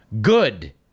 good